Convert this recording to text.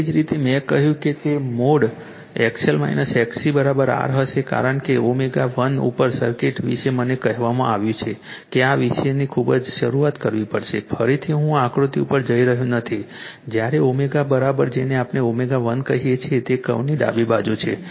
તેવી જ રીતે મેં કહ્યું કે તે મોડ XL XC r હશે કારણ કે ω1 ઉપર સર્કિટ વિશે મને કહેવામાં આવ્યું છે કે આ વિષયની ખૂબ જ શરૂઆત કરવી પડશે ફરીથી હું આકૃતિ ઉપર જઈ રહ્યો નથી જ્યારે ω જેને આપણે ω 1 કહીએ છીએ તે કર્વની ડાબી બાજુએ છે